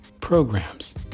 programs